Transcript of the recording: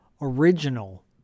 original